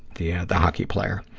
the the hockey player.